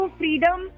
freedom